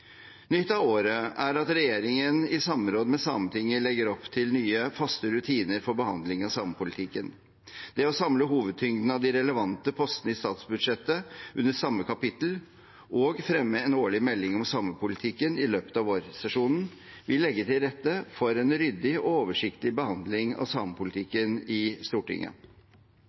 Nytt av året er at regjeringen i samråd med Sametinget legger opp til nye faste rutiner for behandlingen av samepolitikken. Det å samle hovedtyngden av de relevante postene i statsbudsjettet under samme kapittel og fremme en årlig melding om samepolitikken i løpet av vårsesjonen vil legge til rette for en ryddig og oversiktlig behandling av samepolitikken i Stortinget.